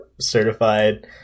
certified